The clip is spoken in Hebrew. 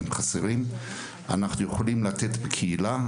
אנחנו יכולים לתת בקהילה.